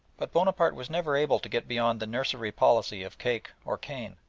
but bonaparte was never able to get beyond the nursery policy of cake or cane.